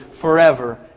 forever